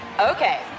Okay